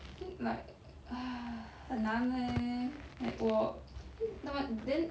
think like ah 很难 leh like 我 hen 那么 then